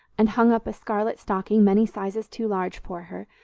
and hung up a scarlet stocking many sizes too large for her,